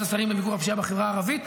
השרים למיגור הפשיעה בחברה הערבית.